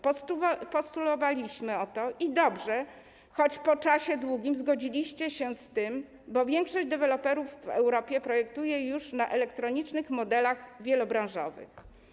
Postulowaliśmy o to i dobrze, że - choć po długim czasie - zgodziliście się z tym, bo większość deweloperów w Europie projektuje już na elektronicznych modelach wielobranżowych.